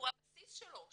הבסיס שלו,